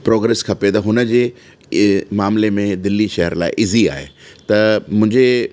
progress खपे त हुन जे मामले में दिल्ली शहर लाइ ईज़ी आहे त मुंहिंजे